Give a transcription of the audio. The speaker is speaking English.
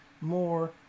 more